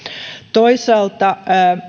toisaalta